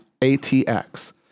ATX